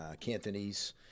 Cantonese